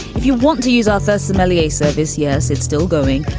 if you want to use also somalias service. yes, it's still going.